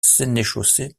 sénéchaussée